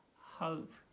hope